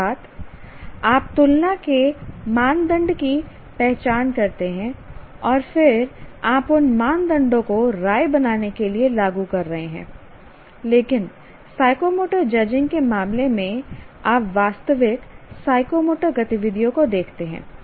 अर्थात आप तुलना के मानदंड की पहचान करते हैं और फिर आप उन मानदंडों को राय बनाने के लिए लागू कर रहे हैं लेकिन साइकोमोटर जजिंग के मामले में आप वास्तविक साइकोमोटर गतिविधियों को देखते हैं